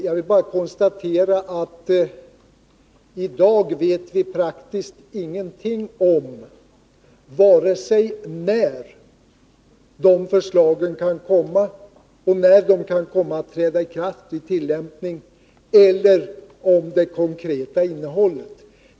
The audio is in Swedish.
Jag vill bara konstatera att i dag vet vi praktiskt taget ingenting om vare sig när förslagen kan komma, när de kan träda i kraft och börja tillämpas eller om det konkreta innehållet.